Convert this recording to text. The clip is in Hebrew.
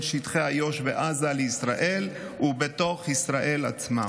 שטחי איו"ש ועזה לישראל ובתוך ישראל עצמה.